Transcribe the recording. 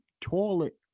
toilet